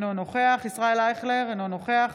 אינו נוכח ישראל אייכלר, אינו נוכח